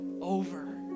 over